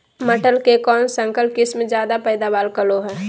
मटर के कौन संकर किस्म जायदा पैदावार करो है?